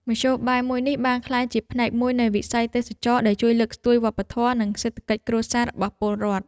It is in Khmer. មធ្យោបាយមួយនេះបានក្លាយជាផ្នែកមួយនៃវិស័យទេសចរណ៍ដែលជួយលើកស្ទួយវប្បធម៌និងសេដ្ឋកិច្ចគ្រួសាររបស់ពលរដ្ឋ។